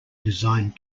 designed